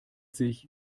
sich